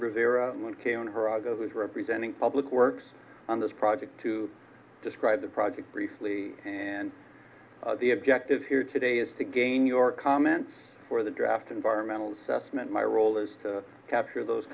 geraldo who's representing public works on this project to describe the project briefly and the objective here today is to gain your comments for the draft environmental assessment my role is to capture those